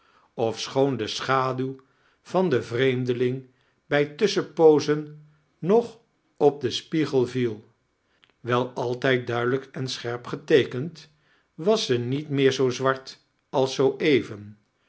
ofschoon de schaduw van den vreemdeling bij tusschenpoozen nog op den spiegel viel wel altijd duidelijk en scherp geteekend was ze niet meer zoo zwart als zoo even